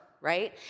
right